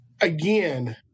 again